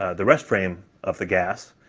ah the rest frame of the gas,